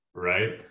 Right